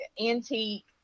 antique